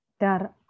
Dar